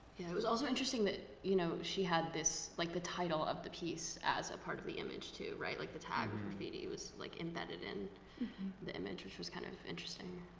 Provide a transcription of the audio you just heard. it was also interesting that you know she had this like the title of the piece as a part of the image, too, right? like the tagged graffiti was like embedded in the image, which was kind of interesting.